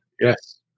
Yes